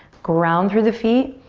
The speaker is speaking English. ground through the feet.